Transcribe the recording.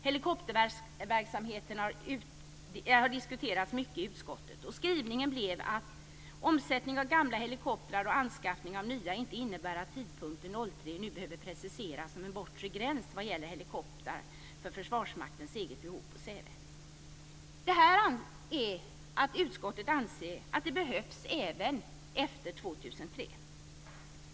Helikopterverksamheten har diskuterats mycket i utskottet. Skrivningen blev att omsättningen av gamla helikoptrar och anskaffningen av nya inte innebär att tidpunkten 2003 nu behöver preciseras som en bortre gräns vad avser helikoptrar för Försvarsmaktens eget behov på Säve. Detta innebär att utskottet anser att detta behövs även efter 2003.